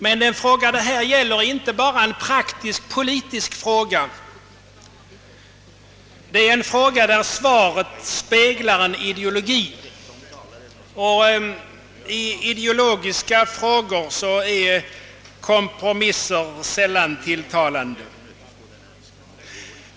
Men den fråga det här gäller är inte bara en praktisk politisk fråga. Det är en fråga där svaret speglar en ideologi, och i ideologiska frågor är kompromisser sällan tilltalande.